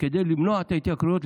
כדי למנוע את ההתייקרויות,